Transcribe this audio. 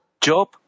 Job